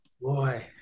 Boy